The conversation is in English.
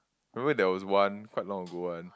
remember there was one quite long ago one